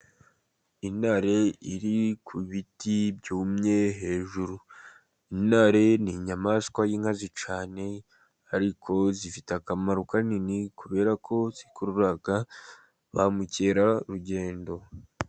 Intare iri ku biti byumye hejuru. Intare ni inyamaswa y'inkazi cyane, ariko zifite akamaro kanini, kubera ko zikurura ba mukerarugendo.